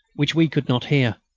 which we could not hear.